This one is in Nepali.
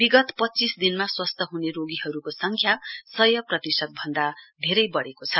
विगत पच्चीस दिनमा स्वस्थ हने रोगीहरूको संख्या सय प्रतिशत भन्दा धेरै बढेको छ